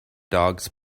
dogs